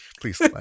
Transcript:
please